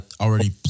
already